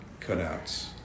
cutouts